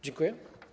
Dziękuję.